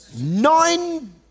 Nine